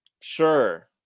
sure